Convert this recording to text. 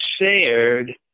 shared